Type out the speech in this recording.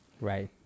Right